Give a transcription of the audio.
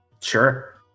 Sure